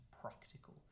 practical